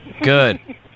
Good